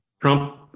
Trump